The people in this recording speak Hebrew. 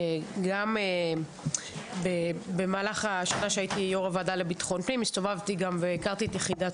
גם במהלך השנה שהייתי יו"ר הוועדה לביטחון פנים הסתובבתי והכרתי את יחידת